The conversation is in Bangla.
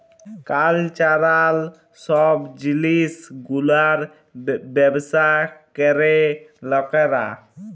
কালচারাল সব জিলিস গুলার ব্যবসা ক্যরে লকরা